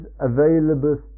available